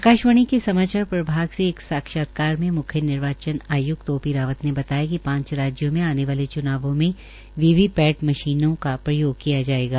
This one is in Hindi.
आकाशवाणी के समाचार प्रभाग से एक साक्षात्कार में मुख्य निर्वाचन आयुक्त ओ पी रावत ने बताया कि पांच राज्यों में आने वाले चुनावों में वीवीपैट मशीनों को प्रयोग किया जायेगा